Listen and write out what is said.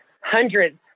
hundreds